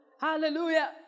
Hallelujah